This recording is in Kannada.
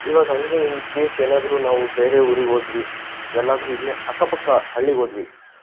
ಇವಾಗ ಹಾಗೆ ಇನ್ಕೇಸ್ ಏನಾದರೂ ನಾವು ಬೇರೆ ಊರಿಗೆ ಹೋದ್ವಿ ಎಲ್ಲಾದರೂ ಇಲ್ಲೇ ಅಕ್ಕಪಕ್ಕ ಹಳ್ಳಿಗೆ ಹೋದ್ವಿ